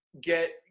get